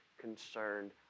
concerned